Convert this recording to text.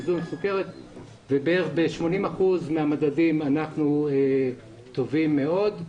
איזון סוכרת ובערך ב-80 אחוזים מהמדדים אנחנו טובים מאוד.